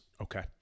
okay